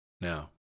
Now